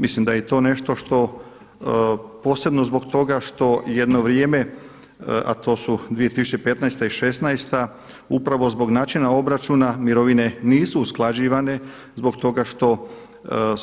Mislim da je i to nešto što posebno zbog toga što jedno vrijeme a to su 2015. i '16. upravo zbog načina obračuna mirovine nisu usklađivane zbog toga što